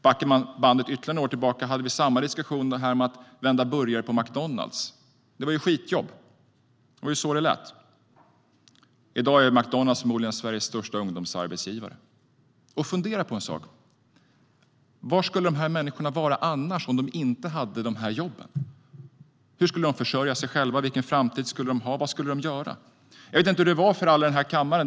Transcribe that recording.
Backar man bandet ytterligare några år tillbaka hade vi samma diskussion när det handlade om att vända burgare på McDonalds. Det var skitjobb. Det var så det lät. I dag är McDonalds förmodligen Sveriges största ungdomsarbetsgivare. Fundera på följande: Var skulle dessa människor annars vara om de inte hade dessa jobb? Hur skulle de försörja sig själva? Vilken framtid skulle de ha? Vad skulle de göra? Jag vet inte hur det var för alla i denna kammare.